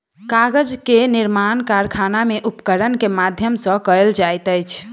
कागज के निर्माण कारखाना में उपकरण के माध्यम सॅ कयल जाइत अछि